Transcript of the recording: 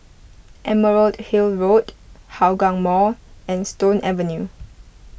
Emerald Hill Road Hougang Mall and Stone Avenue